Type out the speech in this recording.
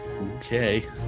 Okay